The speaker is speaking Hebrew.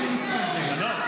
ביזיון היסטורי.